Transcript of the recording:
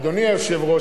אדוני היושב-ראש,